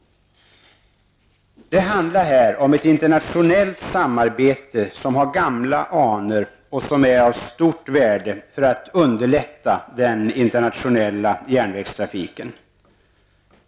Det handlar här om ett internationellt samarbete som har gamla anor och som är av stort värde för att underlätta den internationella järnvägstrafiken.